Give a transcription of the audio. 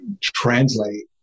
translate